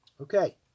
Okay